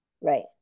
right